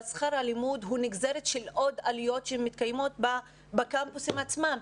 אבל שכר הלימוד הוא נגזרת של עוד עלויות שמתקיימות בקמפוסים עצמם,